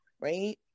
right